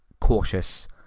cautious